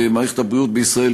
מערכת הבריאות בישראל,